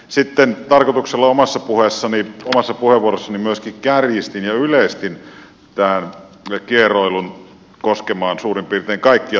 sitten tarkoituksella omassa puheenvuorossani myöskin kärjistin ja yleistin tämän kieroilun koskemaan suurin piirtein kaikkia työnantajia